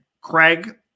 Craig